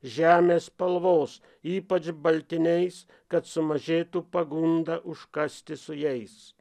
žemės spalvos ypač baltiniais kad sumažėtų pagunda užkasti su jais